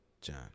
John